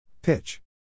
Pitch